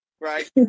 right